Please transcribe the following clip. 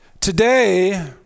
Today